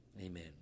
amen